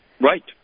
Right